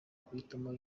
guhitamo